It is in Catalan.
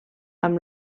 amb